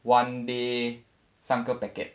one day 三个 packet